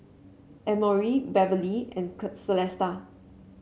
Emory Beverlee and Celesta